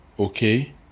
Okay